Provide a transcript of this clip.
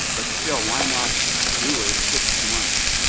but still, why not do a six months,